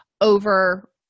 over